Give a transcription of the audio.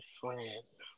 friends